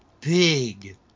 big